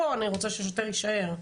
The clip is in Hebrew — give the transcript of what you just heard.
פה אני רוצה שהשוטר יישאר.